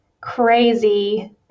crazy